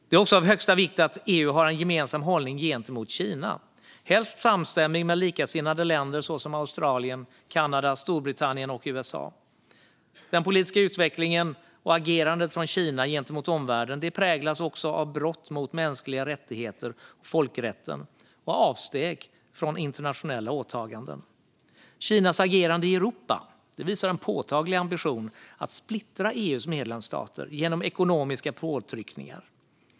Det är också av största vikt att EU har en gemensam hållning gentemot Kina, helst samstämmig med likasinnade länder såsom Australien, Kanada, Storbritannien och USA. Kinas politiska utveckling och agerande mot omvärlden präglas av brott mot mänskliga rättigheter och folkrätten och av avsteg från internationella åtaganden. Kinas agerande i Europa visar en påtaglig ambition att splittra EU:s medlemsstater genom ekonomiska påtryckningar.